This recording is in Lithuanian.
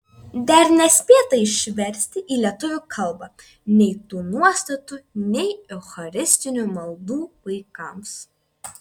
dar nespėta išversti į lietuvių kalbą nei tų nuostatų nei eucharistinių maldų vaikams